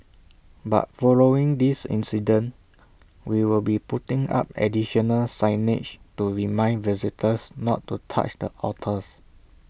but following this incident we will be putting up additional signage to remind visitors not to touch the otters